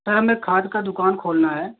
sir हमें खाद का दुकान खोलना है